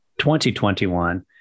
2021